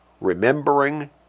remembering